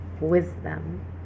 wisdom